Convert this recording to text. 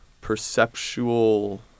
perceptual